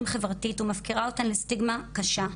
חברתית ומפקירה אותם לסטיגמה קשה.